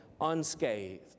unscathed